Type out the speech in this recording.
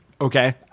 Okay